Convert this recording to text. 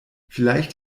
vielleicht